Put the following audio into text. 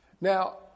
Now